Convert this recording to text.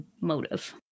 motive